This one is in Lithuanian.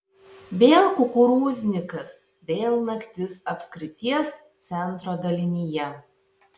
vėl kukurūznikas vėl naktis apskrities centro dalinyje